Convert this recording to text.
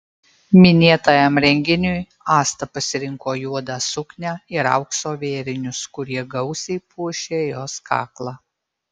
minėtajam renginiui asta pasirinko juodą suknią ir aukso vėrinius kurie gausiai puošė jos kaklą